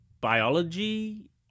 biology